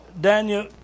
Daniel